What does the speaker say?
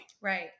Right